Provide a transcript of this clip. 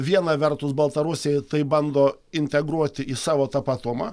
viena vertus baltarusija taip bando integruoti į savo tapatumą